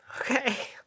Okay